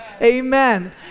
Amen